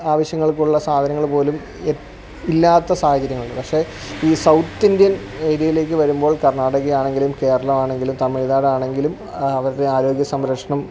ആവശ്യങ്ങൾക്കുള്ള സാധനങ്ങള് പോലും എ ഇല്ലാത്ത സാഹചര്യങ്ങളിൽ പക്ഷെ ഈ സൗത്ത് ഇന്ത്യൻ ഏരിയയിലേക്ക് വരുമ്പോൾ കർണാടകയാണെങ്കിലും കേരളമാണെങ്കിലും തമിഴ്നാടാണെങ്കിലും അവരുടെ ആരോഗ്യ സംരക്ഷണം